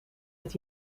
het